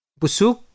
busuk